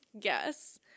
Yes